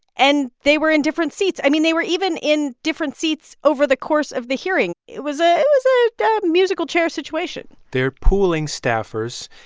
and they were in different seats. i mean, they were even in different seats over the course of the hearing. it was ah it was a musical chairs situation they're pooling staffers.